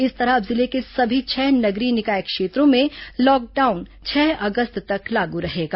इस तरह अब जिले के सभी छह नगरीय निकाय क्षेत्रों में लॉकडाउन छह अगस्त तक लागू रहेगा